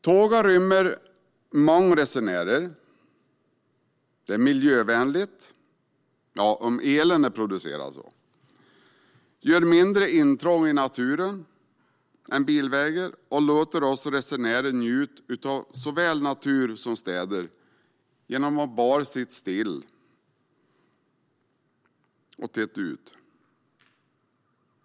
Tåget rymmer många resenärer, det är miljövänligt - om elen är miljövänligt producerad - det gör mindre intrång i naturen än bilen och låter oss resenärer njuta av såväl natur som städer genom att bara sitta still och titta ut.